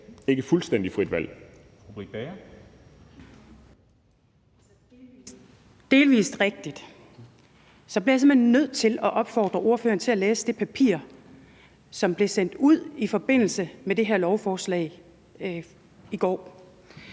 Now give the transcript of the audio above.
Bager (KF): Det er delvis rigtigt? Så bliver jeg simpelt hen nødt til at opfordre ordføreren til at læse det papir, som blev sendt ud i forbindelse med det her lovforslag i går.